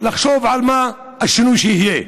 לחשוב מה השינוי שיהיה.